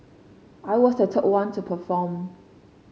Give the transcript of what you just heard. I was the third one to perform